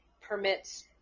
permits